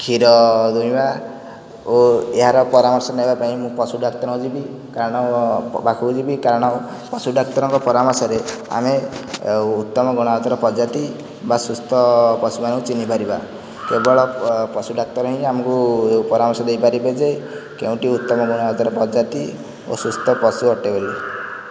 କ୍ଷୀର ଦୁହିଁବା ଓ ଏହାର ପରାମର୍ଶ ନେବା ପାଇଁ ମୁଁ ପଶୁଡାକ୍ତର ଯିବି କାରଣ ପାଖକୁ ଯିବି କାରଣ ପଶୁ ଡାକ୍ତରଙ୍କ ପରାମର୍ଶରେ ଆମେ ଉତ୍ତମ ଗୁଣବତ୍ତାରେ ପ୍ରଜାତି ବା ସୁସ୍ଥ ପଶୁମାନଙ୍କୁ ଚିହ୍ନି ପରିବା କେବଳ ପଶୁ ଡାକ୍ତର ହିଁ ଆମକୁ ପରାମର୍ଶ ଦେଇପାରିବେ ଯେ କେଉଁଟି ଉତ୍ତମ ଗୁଣବତ୍ତାର ପ୍ରଜାତି ଓ ସୁସ୍ଥ ପଶୁ ଅଟେ ବୋଲି